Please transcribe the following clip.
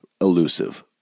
elusive